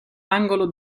angolo